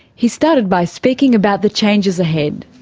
he started by speaking about the changes ahead.